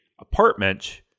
apartment